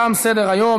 תם סדר-היום.